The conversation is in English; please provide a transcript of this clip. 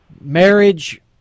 marriage